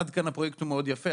עד כאן הפרויקט הוא מאוד יפה.